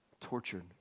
tortured